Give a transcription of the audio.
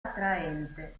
attraente